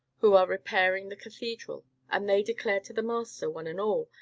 who are repairing the cathedral and they declared to the master, one and all,